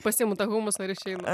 pasiimu tą humusą ir išeinu